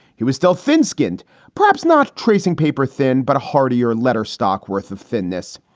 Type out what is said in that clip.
he was still. thin-skinned perhaps not tracing paper thin, but hardy or letter stock worth of thinness.